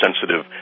sensitive